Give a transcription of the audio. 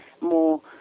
more